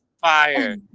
fire